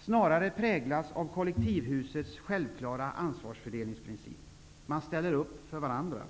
snarare präglas av kollektivhusets självklara ansvarsfördelningsprincip. Man ställer upp för varandra.